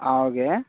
okay